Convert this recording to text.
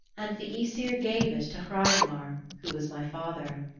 and the aesir gave it to hreidmar, who was my father.